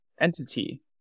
entity